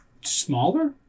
smaller